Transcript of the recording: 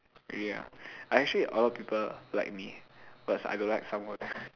really ah I actually a lot of people like me but I don't like someone